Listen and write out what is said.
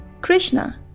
Krishna